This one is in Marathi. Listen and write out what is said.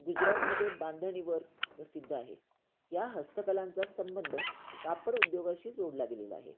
गुजरातमध्ये बांधणीवर प्रसिद्ध आहे ह्या हस्तकलांचा संबंध कापड उद्योगाशी जोडला गेलेला आहे